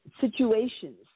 situations